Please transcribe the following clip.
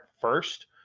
first